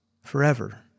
forever